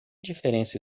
diferença